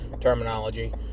terminology